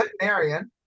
veterinarian